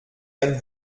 ein